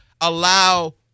allow